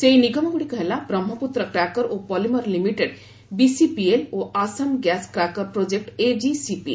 ସେହି ନିଗମଗୁଡ଼ିକ ହେଲା ବ୍ରହ୍ମପୁତ୍ର କ୍ରାକର ଓ ପଲିମର ଲିମିଟେଡ୍ ବିସିପିଏଲ୍ ଓ Assam gas cracker project AGCP